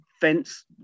fence